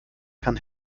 kann